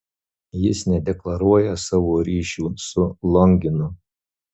jis nedeklaruoja savo ryšių su longinu